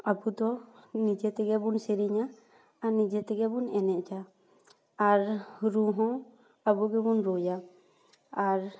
ᱟᱵᱚ ᱫᱚ ᱱᱤᱡᱮ ᱛᱮᱜᱮ ᱵᱚᱱ ᱥᱮᱨᱮᱧᱟ ᱟᱨ ᱱᱤᱡᱮ ᱛᱮᱜᱮ ᱵᱚᱱ ᱮᱱᱮᱡᱟ ᱟᱨ ᱨᱩ ᱦᱚᱸ ᱟᱵᱚ ᱜᱮᱵᱚᱱ ᱨᱩᱭᱟ ᱟᱨ